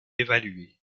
évalués